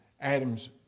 Adam's